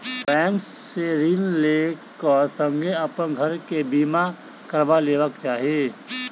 bank से ऋण लै क संगै अपन घर के बीमा करबा लेबाक चाही